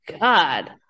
God